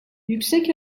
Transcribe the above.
yüksek